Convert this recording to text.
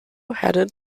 heeded